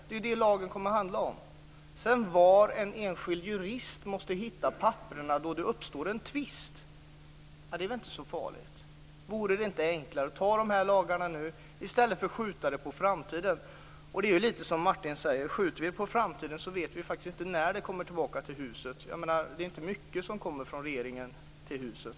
Det är det lagen kommer att handla om. Var en enskild jurist sedan måste hitta papperen då det uppstår en tvist är väl inte ett så farligt problem. Vore det inte enklare att nu ta de här lagarna i stället för att skjuta det på framtiden? Det är ju lite som Martin säger: Skjuter vi det på framtiden vet vi inte när det kommer tillbaka till det här huset. Det är inte mycket som kommer från regeringen till det här huset.